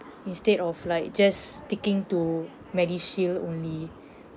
instead of like just sticking to medishield only